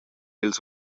ils